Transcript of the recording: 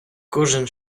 кожен